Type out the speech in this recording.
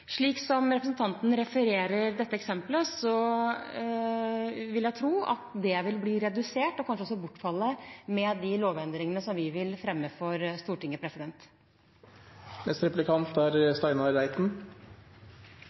Slik som representanten refererer dette eksemplet, vil jeg tro det vil bli redusert, og kanskje også bortfalle, med de lovendringene som vi vil fremme for Stortinget. Vi i Kristelig Folkeparti er